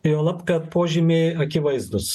juolab kad požymiai akivaizdūs